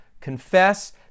confess